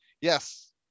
Yes